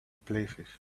places